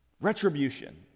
Retribution